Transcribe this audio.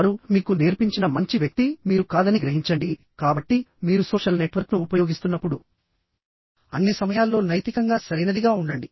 వారు మీకు నేర్పించిన మంచి వ్యక్తి మీరు కాదని గ్రహించండికాబట్టి మీరు సోషల్ నెట్వర్క్ను ఉపయోగిస్తున్నప్పుడు అన్ని సమయాల్లో నైతికంగా సరైనదిగా ఉండండి